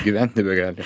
gyvent nebegali